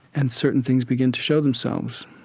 and certain things begin to show themselves.